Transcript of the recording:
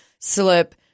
slip